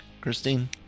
christine